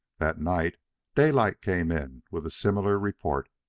that night daylight came in with a similar report.